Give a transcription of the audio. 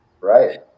right